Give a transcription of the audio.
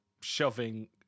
shoving